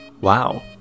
Wow